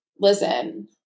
Listen